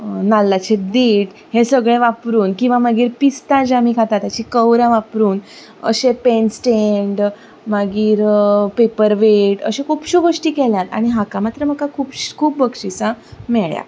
नाल्लांचे धेंट हें सगळें वापरून किंवां मागीर पिस्ता जे आमी खाता ताचीं कव्हरां वापरून अशें पेनस्टैंड मागीर पेपरवॅट अश्यो खुबश्यो गोश्टी केल्यात आनी हाका मात्र म्हाका खूब खूब बक्षिसां मेळ्ळ्यां